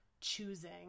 choosing